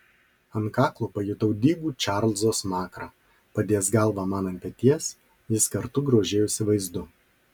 ant kaklo pajutau dygų čarlzo smakrą padėjęs galvą man ant peties jis kartu grožėjosi vaizdu